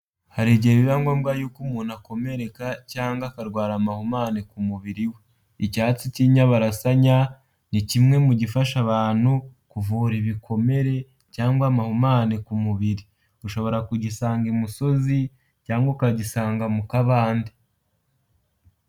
Hari igihe biba ngombwa yuko umuntu akomereka cyangwa akarwara amahumane ku mubiri we. Icyatsi cy'inyabarasanya, ni kimwe mu gifasha abantu kuvura ibikomere cyangwa amahumane ku mubiri. Ushobora kugisanga imusozi cyangwa ukagisanga mu kabande.